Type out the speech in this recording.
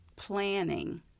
Planning